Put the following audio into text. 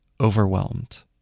overwhelmed